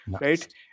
right